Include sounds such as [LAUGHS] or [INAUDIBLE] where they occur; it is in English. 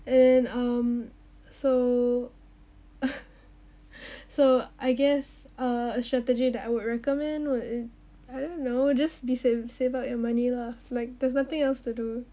and um so [LAUGHS] so I guess uh a strategy that I would recommend would it I don't know just be save save up your money lah like there's nothing else to do